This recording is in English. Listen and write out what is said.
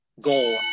goal